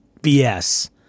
BS